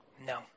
No